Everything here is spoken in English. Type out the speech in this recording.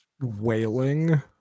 wailing